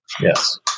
yes